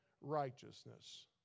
righteousness